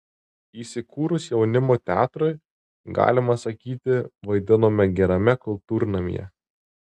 įsikūrus jaunimo teatrui galima sakyti vaidinome gerame kultūrnamyje